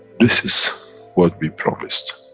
this is what we promised,